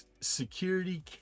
security